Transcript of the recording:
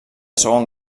segon